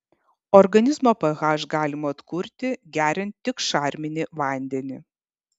organizmo ph galima atkurti geriant tik šarminį vandenį